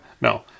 no